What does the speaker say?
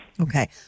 Okay